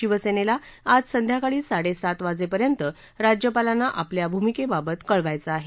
शिवसेनेला आज संध्याकाळी साडे सात वाजेपर्यंत राज्यापालांना आपल्या भूमिकेबाबत कळवायचं आहे